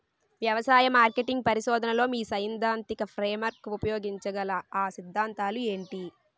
వ్యవసాయ మార్కెటింగ్ పరిశోధనలో మీ సైదాంతిక ఫ్రేమ్వర్క్ ఉపయోగించగల అ సిద్ధాంతాలు ఏంటి?